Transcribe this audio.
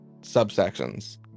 subsections